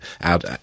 out